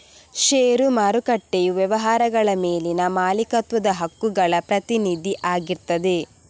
ಷೇರು ಮಾರುಕಟ್ಟೆಯು ವ್ಯವಹಾರಗಳ ಮೇಲಿನ ಮಾಲೀಕತ್ವದ ಹಕ್ಕುಗಳ ಪ್ರತಿನಿಧಿ ಆಗಿರ್ತದೆ